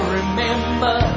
remember